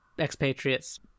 expatriates